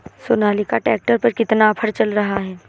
Sonalika tractor पर कितना offer चल रहा है?